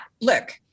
look